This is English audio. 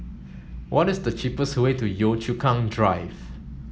what is the cheapest way to Yio Chu Kang Drive